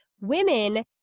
Women